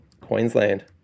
Queensland